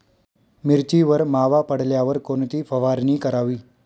मिरचीवर मावा पडल्यावर कोणती फवारणी करावी?